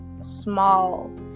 small